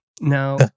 Now